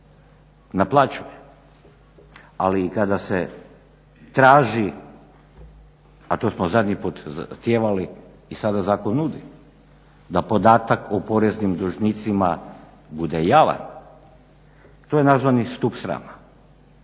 naplaćuje, ali i kada se traži, a to smo zadnji put zahtijevali i sada, zakon nudi da podatak o poreznim dužnicima bude javan, to je nazvani stup srama.